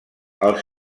els